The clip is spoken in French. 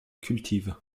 cultive